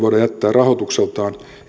rahoitukseltaan